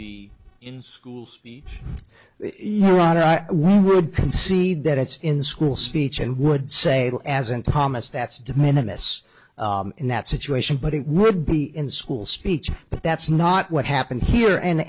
be in school speech would concede that it's in school speech and would say well as in thomas that's de minimus in that situation but it would be in school speech but that's not what happened here and